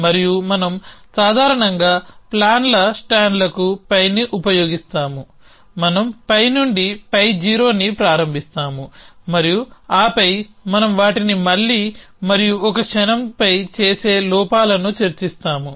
మరియు మనం సాధారణంగా ప్లాన్ల స్టాండ్లకు πని ఉపయోగిస్తాము మనం π నుండి π0 ని ప్రారంభిస్తాము మరియు ఆపై మనం వాటిని మళ్లీ మరియు ఒక క్షణం పై చేసే లోపాలను చర్చిస్తాము